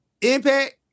impact